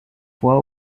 fois